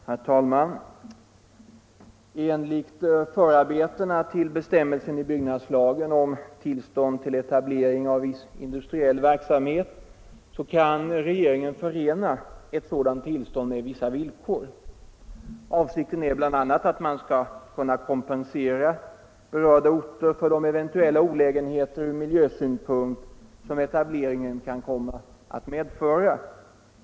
Herr talman! Enligt förarbetena till bestämmelsen i byggnadslagen om tillstånd till etablering av viss industriell verksamhet kan regeringen förena ett sådant tillstånd med vissa villkor. Avsikten är bl.a. att man skall kunna kompensera berörda orter för de eventuella olägenheter ur miljösynpunkt som etableringen kan komma att medföra.